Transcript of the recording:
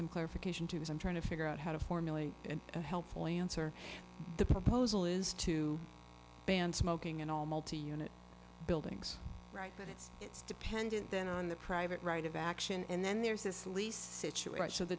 some clarification to as i'm trying to figure out how to formulate and helpfully answer the proposal is to ban smoking in unit buildings but it's it's dependent then on the private right of action and then there's this lease situation of the